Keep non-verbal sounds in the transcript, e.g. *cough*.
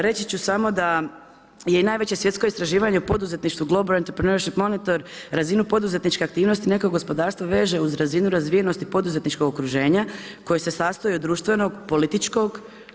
Reći ću samo da je i najveće svjetsko istraživanje u poduzetništvu ... *unintelligible* razinu poduzetničke aktivnosti nekog gospodarstva veže uz razinu razvijenosti poduzetničkog okruženja koje se sastoji od društvenog, političkog.